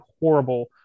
horrible